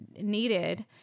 needed